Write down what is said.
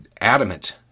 adamant